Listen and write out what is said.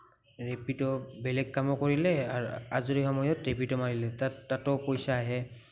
rapid' বেলেগ কামো কৰিলে আৰু আজৰি সময়ত ৰেপিড' মাৰিলে তাতো পইচা আহে